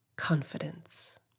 confidence